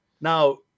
Now